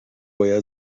باید